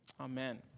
Amen